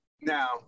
Now